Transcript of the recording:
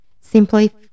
simply